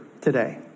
today